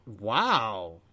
wow